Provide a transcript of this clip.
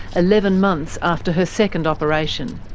eleven months after her second operation.